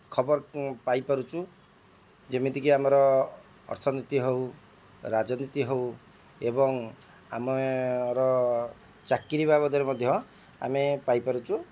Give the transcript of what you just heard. ଖବର ପାଇପାରଛୁ ଯେମିତିକି ଆମର ଅର୍ଥନୀତି ହେଉ ରାଜନୀତି ହେଉ ଏବଂ ଆମର ଚାକିରୀ ବାବଦରେ ମଧ୍ୟ ଆମେ ପାଇପାରୁଛୁ